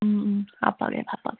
ꯎꯝ ꯎꯝ ꯍꯥꯞꯄꯒꯦ ꯍꯥꯞꯄꯒꯦ